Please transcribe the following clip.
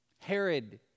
Herod